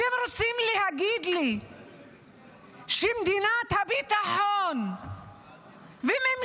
אתם רוצים להגיד לי שמדינת הביטחון וממשלת